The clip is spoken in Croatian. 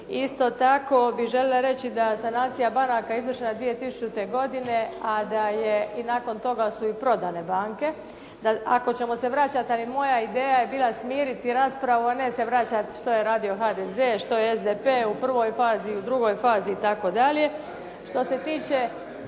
Isto tako bih željela reći da je sanacija banaka izvršena 2000. godine a da i nakon toga su prodane banke. Ako ćemo se vraćati, ali moja ideja je bila smiriti raspravu a ne se vraćati što je radio HDZ, što SDP u prvoj fazi, u drugoj fazi itd. Što se tiče